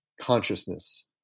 Consciousness